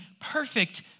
perfect